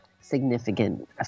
significant